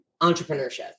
entrepreneurship